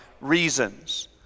reasons